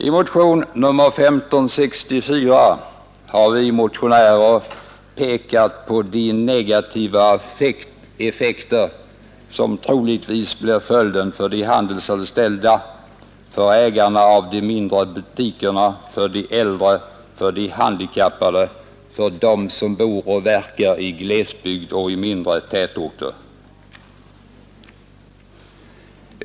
I motion 1564 har vi motionärer pekat på de negativa effekter som troligtvis blir följden för de handelsanställda, för ägarna av de mindre butikerna, för de äldre, för handikappade samt för dem som bor och verkar i glesbygd och mindre tätorter.